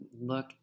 look